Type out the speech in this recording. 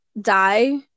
die